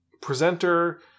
presenter